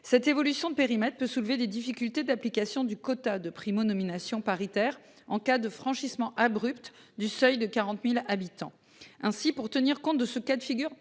Cette évolution périmètre peut soulever des difficultés d'application du quota de Primo nominations paritaire en cas de franchissement abrupt du seuil de 40.000 habitants. Ainsi, pour tenir compte de ce cas de figure